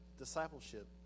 discipleship